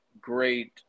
great